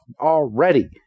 already